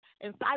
inside